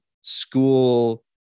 school